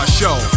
show